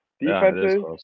Defensive